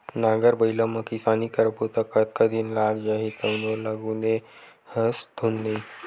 नांगर बइला म किसानी करबो त कतका दिन लाग जही तउनो ल गुने हस धुन नइ